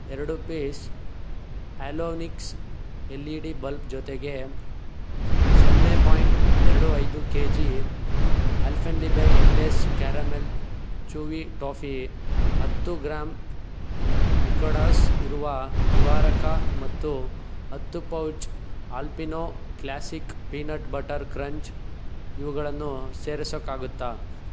ಎರಡು piece Halonix L E D bulb ಜೊತೆಗೆ ಸೊನ್ನೆ ಪಾಂಯ್ಟ್ ಎರಡು ಐದು KG Alpenliebe eclairs caramel chewy toffee ಹತ್ತು ಗ್ರಾಮ್ ಮಿಕಡಾಸ್ ಇರುವೆ ನಿವಾರಕ ಮತ್ತು ಹತ್ತು pouch Alpino classic peanut butter crunch ಇವುಗಳನ್ನು ಸೇರಿಸೋಕ್ಕಾಗುತ್ತಾ